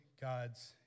God's